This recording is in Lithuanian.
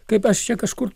kaip aš čia kažkur